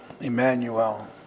Emmanuel